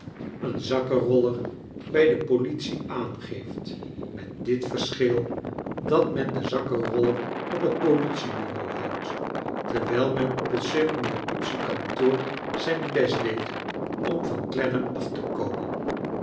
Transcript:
een zakkenroller bij de politie aangeeft met dit verse nil dat men den zakkenr oiler op het politiebureau houdt terwijl men op het circumlocutie kantoor zijn best deed om van clennam af te komen